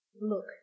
Look